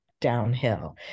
downhill